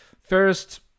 First